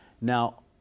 Now